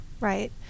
Right